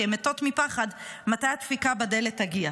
הן מתות מפחד מתי הדפיקה בדלת תגיע.